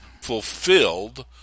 fulfilled